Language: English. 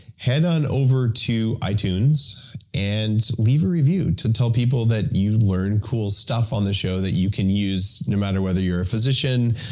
head on over to itunes and leave a review to tell people that you learned cool stuff on this show that you can use no matter whether you're a physician,